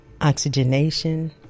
oxygenation